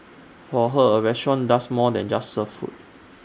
for her A restaurant does more than just serve food